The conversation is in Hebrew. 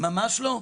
ממש לא.